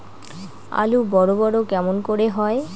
আলু বড় বড় কেমন করে হয়?